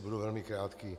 Budu velmi krátký.